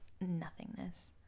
Nothingness